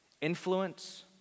Influence